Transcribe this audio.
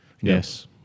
Yes